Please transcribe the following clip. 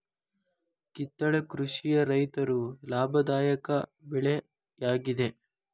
ಕಿತ್ತಳೆ ಕೃಷಿಯ ರೈತರು ಲಾಭದಾಯಕ ಬೆಳೆ ಯಾಗಿದೆ